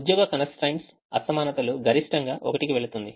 ఉద్యోగ constraints అసమానతలు గరిష్టంగా ఒకటికి వెళుతుంది